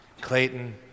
Clayton